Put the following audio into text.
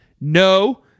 No